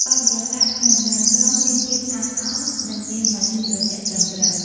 បរិយាកាសក្នុងឡានក្រុងមានភាពស្អាតស្អំនិងមានម៉ាស៊ីនត្រជាក់ត្រឹមត្រូវ។